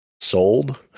sold